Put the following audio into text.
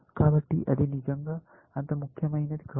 కాబట్టి అది నిజంగా అంత ముఖ్యమైనది కాదు